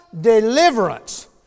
deliverance